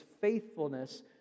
faithfulness